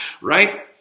Right